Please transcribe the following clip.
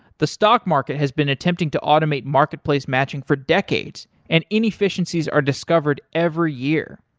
the stock market has been attempting to automate marketplace matching for decades and inefficiencies are discovered every year.